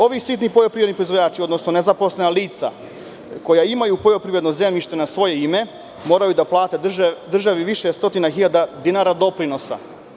Ovi sitni poljoprivredni proizvođači, odnosno nezaposlena lica koja imaju poljoprivredno zemljište na svoje ime moraju da plate državi više stotina hiljada dinara doprinosa.